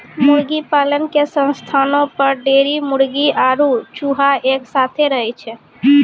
मुर्गीपालन के स्थानो पर ढेरी मुर्गी आरु चूजा एक साथै रहै छै